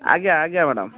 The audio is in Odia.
ଆଜ୍ଞା ଆଜ୍ଞା ମ୍ୟାଡ଼ାମ୍